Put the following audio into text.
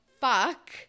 fuck